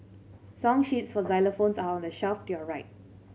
song sheets for xylophones are on the shelf to your right